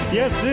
yes